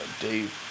Dave